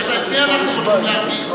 אנחנו הולכים להרגיז,